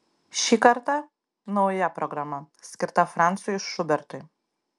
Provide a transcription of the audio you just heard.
šį kartą nauja programa skirta francui šubertui